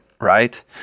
Right